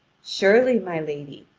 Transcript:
surely, my lady,